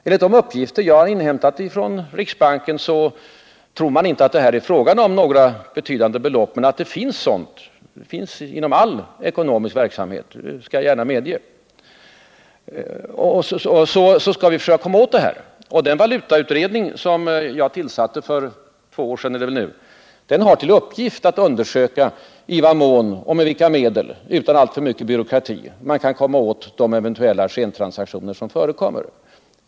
Enligt de uppgifter jag har inhämtat från riksbanken, så tror man inte att det är fråga om några betydande belopp. Det finns inom all ekonomisk verksamhet — det skall jag gärna medge — och vi skall försöka komma åt detta. Den valutautredning som jag tillsatte för två år sedan har till uppgift att undersöka i vad mån och med vilka medel utan alltför mycket byråkrati man kan komma åt de eventuella skentransaktioner som förekommer.